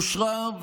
אושרו,